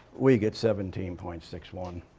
we get seventeen point six one,